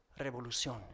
revolución